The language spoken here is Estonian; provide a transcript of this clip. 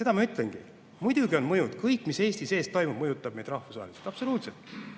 seda ma ütlengi. Muidugi on mõjud. Kõik, mis Eesti sees toimub, mõjutab meid rahvusvaheliselt – absoluutselt.